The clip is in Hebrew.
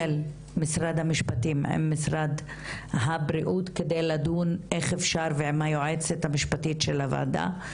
משרד המשפטים עם משרד הבריאות ועם היועצת המשפטית של הוועדה,